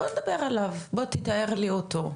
בוא נדבר עליו, בוא תתאר לי אותו.